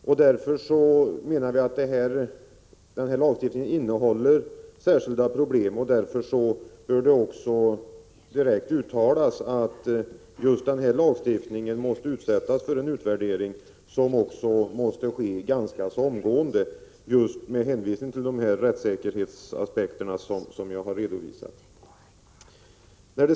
Vi menar alltså att denna lagbestämmlse inrymmer särskilda problem och att det därför direkt bör uttalas att den måste bli föremål för en utvärdering, som med hänsyn till de av mig redovisade rättssäkerhetsaspekterna måste genomföras ganska omgående.